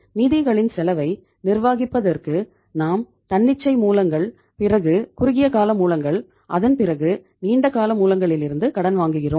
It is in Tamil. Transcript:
நிதிகளின் செலவை நிர்வகிப்பதற்கு நாம் தன்னிச்சை மூலங்கள் பிறகு குறுகியகால மூலங்கள் அதன் பிறகு நீண்டகால மூலங்களிலிருந்து கடன் வாங்குகிறோம்